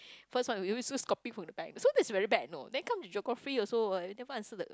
first one we always we always copy from the back so that's very bad you know then come to geography also uh never answer the